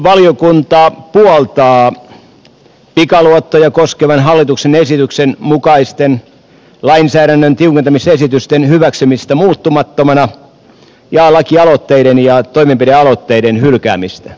talousvaliokunta puoltaa pikaluottoja koskevan hallituksen esityksen mukaisten lainsäädännön tiukentamisesitysten hyväksymistä muuttamattomana ja lakialoitteiden ja toimenpidealoitteiden hylkäämistä